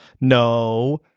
No